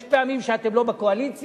יש פעמים שאתם לא בקואליציה,